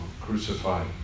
crucified